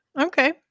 Okay